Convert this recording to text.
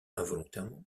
involontairement